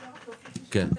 יש עוד דבר אחד ששכחתי.